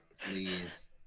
please